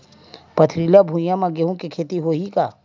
पथरिला भुइयां म गेहूं के खेती होही का?